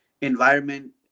environment